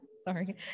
Sorry